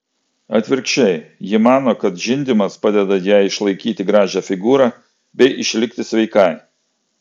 atvirkščiai ji mano kad žindymas padeda jai išlaikyti gražią figūrą bei išlikti sveikai